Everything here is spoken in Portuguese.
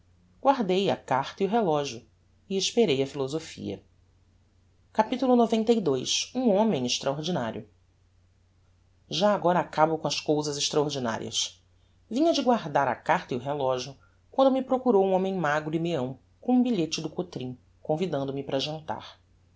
guardei a carta e o relogio e esperei a philosophia capitulo xcii um homem extraordinario já agora acabo com as cousas extraordinarias vinha de guardar a carta e o relogio quando me procurou um homem magro e meão com um bilhete do cotrim convidando me para jantar